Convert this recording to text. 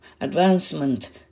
advancement